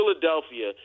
Philadelphia